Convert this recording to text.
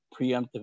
preemptive